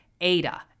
ADA